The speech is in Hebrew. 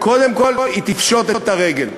קודם כול היא תפשוט את הרגל,